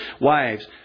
Wives